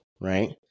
right